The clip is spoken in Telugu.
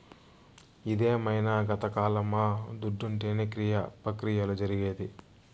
ఇదేమైన గతకాలమా దుడ్డుంటేనే క్రియ ప్రక్రియలు జరిగేది